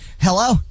Hello